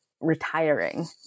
retiring